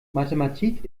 mathematik